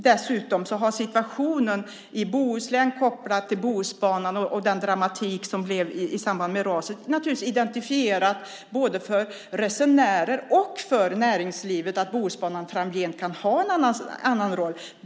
Dessutom har situationen i Bohuslän, kopplat till Bohusbanan och den dramatik som det blev i samband med raset, identifierat både för resenärer och för näringslivet att Bohusbanan framgent kan ha en annan roll.